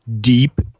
deep